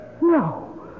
No